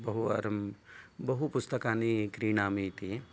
बहुवारं बहु पुस्तकानि क्रीणामि इति